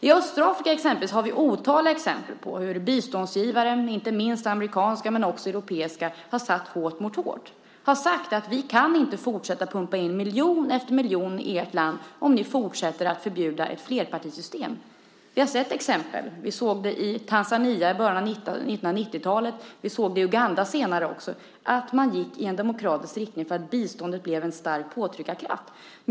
I östra Afrika har vi otaliga exempel på hur biståndsgivare, inte minst amerikanska men också europeiska, har satt hårt mot hårt. De har sagt: Vi kan inte fortsätta att pumpa in miljon efter miljon i ert land om ni fortsätter att förbjuda ett flerpartisystem. Vi har sett exempel. Ett exempel är Tanzania i början av 1990-talet, och vi såg det också senare i Uganda. Man gick i demokratisk riktning för att biståndet blev en stark påtryckarkraft.